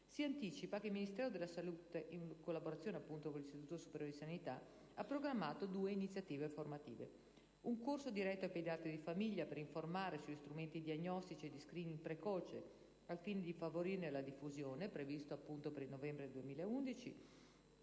anticipo che il Ministero della salute, in collaborazione con l'Istituto superiore di sanità, ha programmato due iniziative formative: un corso diretto ai pediatri di famiglia per informare sugli strumenti diagnostici e di *screening* precoce, al fine di favorirne la diffusione (previsto per novembre 2011),